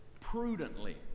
prudently